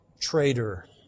traitor